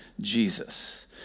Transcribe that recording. Jesus